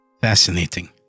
Fascinating